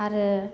आरो